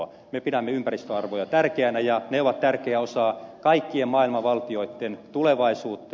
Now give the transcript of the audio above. me pidämme ympäristöarvoja tärkeinä ja ne ovat tärkeä osa kaikkien maailman valtioitten tulevaisuutta